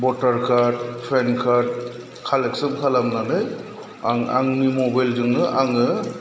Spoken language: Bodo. भटार कार्ड पेन कार्ड कालेक्सन खालामनानै आं आंनि मबाइल जोंनो आङो